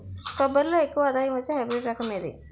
కొబ్బరి లో ఎక్కువ ఆదాయం వచ్చే హైబ్రిడ్ రకం ఏది?